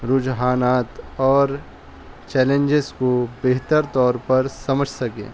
رجحانات اور چیلنجز کو بہتر طور پر سمجھ سکیں